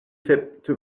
faite